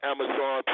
Amazon